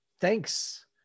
Thanks